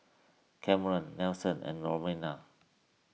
Cameron Nelson and Ramona